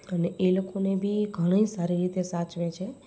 અને એ લોકોને બી ઘણી સારી રીતે સાચવે છે